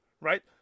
Right